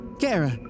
Kara